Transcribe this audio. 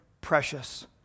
precious